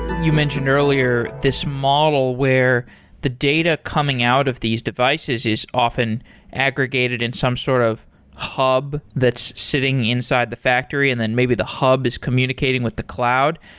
you mentioned earlier this model where the data coming out of these devices is often aggregated in some sort of hub that's sitting inside the factory and then maybe the hub is communicating with the cloud.